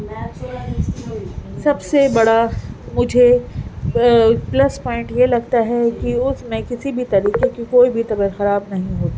سب سے بڑا مجھے پلس پوائنٹ یہ لگتا ہے کہ اس میں کسی بھی طریقے کی کوئی بھی طبیعت خراب نہیں ہوتی